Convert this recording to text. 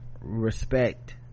respect